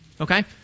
Okay